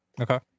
Okay